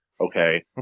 okay